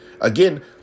again